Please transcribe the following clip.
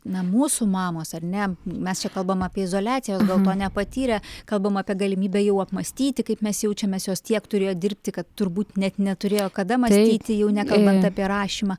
na mūsų mamos ar ne mes čia kalbam apie izoliaciją jos gal to nepatyrė kalbam apie galimybę jau apmąstyti kaip mes jaučiamės jos tiek turėjo dirbti kad turbūt net neturėjo kada mąstyti jau nekalbant apie rašymą